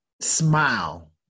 smile